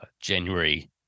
January